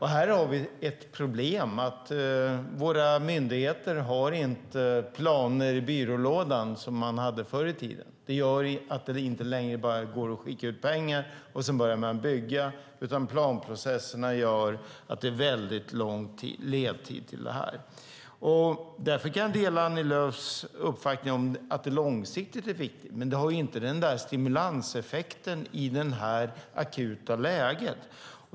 Här har vi ett problem. Våra myndigheter har inte planer i byrålådan som de hade förr i tiden. Det gör att det inte längre går att bara skicka ut pengar och att man sedan börjar bygga, utan planprocesserna gör att det är väldigt lång ledtid för detta. Därför kan jag delar Annie Lööfs uppfattning att detta långsiktigt är viktigt, men det har inte en stimulanseffekt i detta akuta läge.